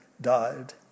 died